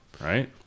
right